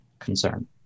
Concern